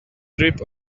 strip